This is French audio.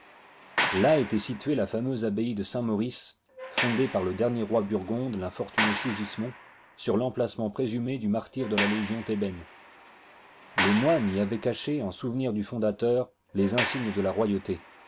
là était située la fameuse abbaye de saint-maurice fondée par le dernier roi burgonde l'infortuné sigismond sur l'emplacement présumé du martyre de la légion tbébaine les moines y avaient caché en souvenir du fondateur les insignes de la royauté